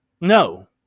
No